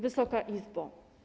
Wysoka Izbo!